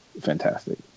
fantastic